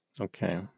Okay